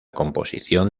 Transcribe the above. composición